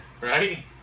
Right